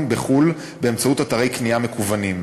בחו"ל באמצעות אתרי קנייה מקוונים,